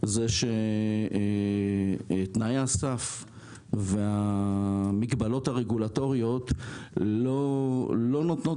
תנאי הסף והמגבלות הרגולטוריות לא נותנות